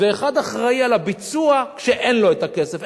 ואחר אחראי לביצוע שאין לו הכסף?